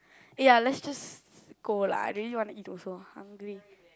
ya let's just go lah I really want to eat also hungry